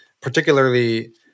particularly